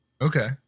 Okay